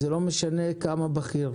ולא משנה כמה אדם הוא בכיר.